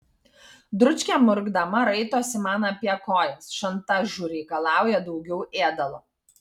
dručkė murkdama raitosi man apie kojas šantažu reikalauja daugiau ėdalo